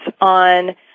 on